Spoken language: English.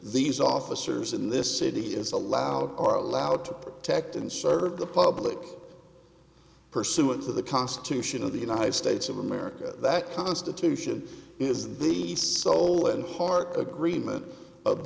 these officers in this city is allowed or allowed to protect and serve the public pursuant to the constitution of the united states of america that constitution is the soul and heart agreement of